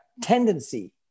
tendency